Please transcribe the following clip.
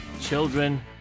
children